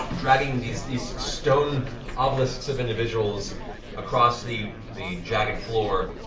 dragging these these stone obelisks of individuals across the the jagged floor.